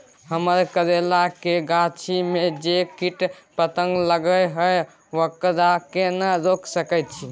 हमरा करैला के गाछी में जै कीट पतंग लगे हैं ओकरा केना रोक सके छी?